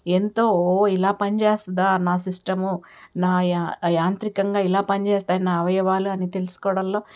ఎంతో ఇలా పనిచేస్తుందా నా సిస్టమ్ నా యాం నా యాంత్రికంగా ఇలా పని చేస్తాయి నా అవయవాలు అని తెలుసుకోవడంలో